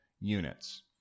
units